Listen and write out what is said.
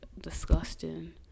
disgusting